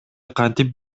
кантип